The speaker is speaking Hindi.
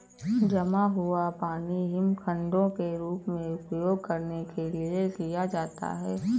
जमा हुआ पानी हिमखंडों के रूप में उपयोग करने के लिए किया जाता है